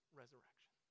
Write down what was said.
resurrection